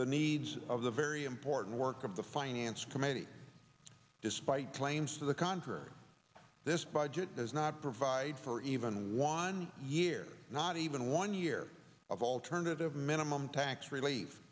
the needs of the very important work of the finance committee despite claims to the contrary this budget does not provide for even one year not even one year of alternative minimum tax relief